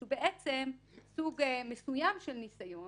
שהוא בעצם סוג מסוים של ניסיון